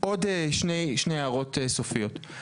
עוד שתי הערות סופיות.